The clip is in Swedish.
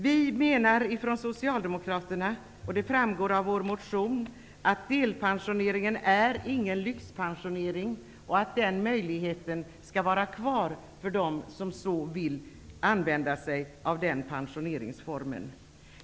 Vi socialdemokrater menar, vilket framgår av vår motion, att delpensioneringen inte är någon lyxpensionering och att möjligheten skall finnas kvar för dem som vill använda sig av den pensioneringsformen.